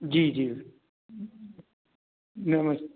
जी जी नमस्ते